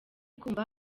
kumva